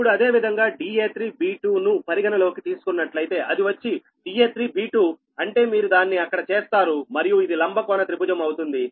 ఇప్పుడు అదే విధంగా da3b2 ను పరిగణలోకి తీసుకున్నట్లయితే అది వచ్చి da3b2 అంటే మీరు దాన్ని అక్కడ చేస్తారు మరియు ఇది లంబ కోణ త్రిభుజం అవుతుంది